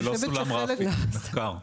זה לא סולם רפי, זה מחקר.